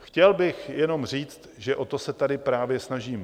Chtěl bych jenom říct, že o to se tady právě snažíme.